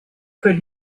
could